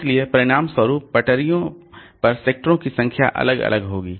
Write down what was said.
इसलिए परिणामस्वरूप पटरियों पर सेक्टरों की संख्या अलग अलग होगी